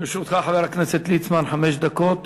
לרשותך, חבר הכנסת ליצמן, חמש דקות.